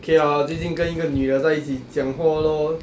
okay ah 最近跟一个女的在一起讲话 lor